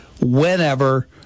whenever